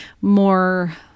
more